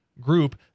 group